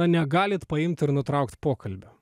negalit paimt ir nutraukt pokalbio